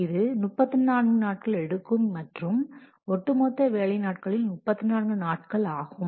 இது 34 நாட்கள் எடுக்கும் மற்றும் ஒட்டுமொத்த வேலை நாட்களில் 34 நாட்கள் ஆகும்